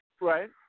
Right